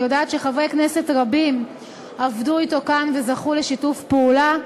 אני יודעת שחברי כנסת רבים עבדו אתו כאן וזכו לשיתוף פעולה.